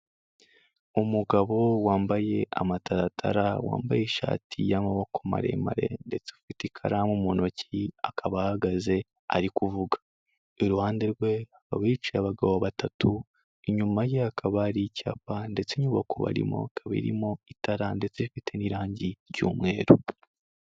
Umugabo wambaye amataratara, wambaye ishati y'amaboko maremare ndetse afite ikaramu mu ntoki akaba ahagaze ari kuvuga, iruhande hakaba hicaye abagabo batatu, inyuma ye hakaba ari icyapa ndetse inyubako barimo irimo itara ndetse ifite n'irangi ry'umweru.